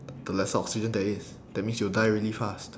the less oxygen there is that means you'll die really fast